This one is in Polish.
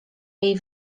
jej